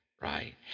right